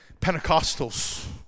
Pentecostals